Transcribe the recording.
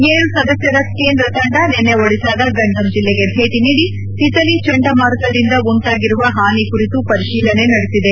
ಏಳು ಸದಸ್ನರ ಕೇಂದ್ರ ತಂಡ ನಿನ್ನೆ ಒಡಿಸಾದ ಗಂಜಮ್ ಜಿಲ್ಲೆಗೆ ಭೇಟಿ ನೀಡಿ ತಿತಿಲಿ ಚಂಡ ಮಾರುತದಿಂದ ಉಂಟಾಗಿರುವ ಪಾನಿ ಕುರಿತು ಪರಿಶೀಲನೆ ನಡೆಸಿದೆ